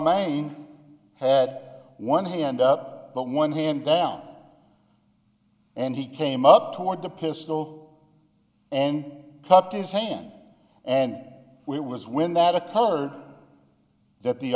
main had one hand up but one hand down and he came up toward the pistol and popped his hand and was when that occurred that the